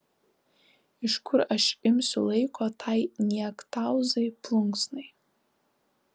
iš kur aš imsiu laiko tai niektauzai plunksnai